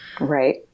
Right